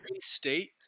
State